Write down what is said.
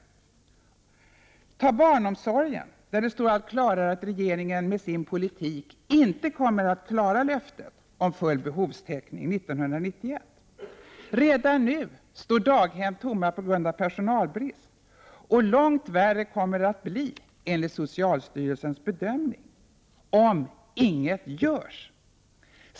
I fråga om barnomsorgen står det allt klarare att regeringen med sin politik inte kommer att klara löftet om full behovstäckning 1991. Redan nu står daghem tomma på grund av personalbrist, och långt värre kommer det att bli enligt socialstyrelsens bedömning om inget görs.